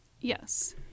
Yes